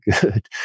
good